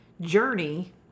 journey